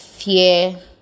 fear